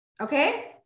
Okay